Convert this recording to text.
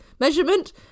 measurement